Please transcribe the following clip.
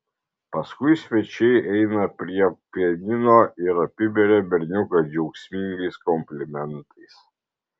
paskui svečiai eina prie pianino ir apiberia berniuką džiaugsmingais komplimentais